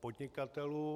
podnikatelů.